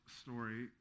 story